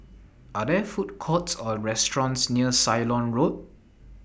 Are There Food Courts Or restaurants near Ceylon Road